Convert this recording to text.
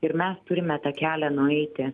ir mes turime tą kelią nueiti